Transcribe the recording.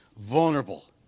vulnerable